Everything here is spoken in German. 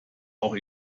auch